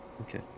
okay